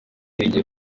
rigiye